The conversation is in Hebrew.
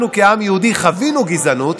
אנחנו כעם היהודי חווינו גזענות,